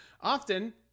Often